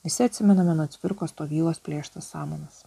visi atsimename nuo cvirkos stovylos plėštas samanas